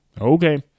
Okay